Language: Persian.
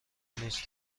نیست